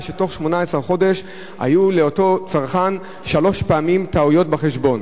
אם בתוך 18 חודשים היו לאותו צרכן שלוש פעמים טעויות בחשבון,